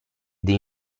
dei